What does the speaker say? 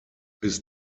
bis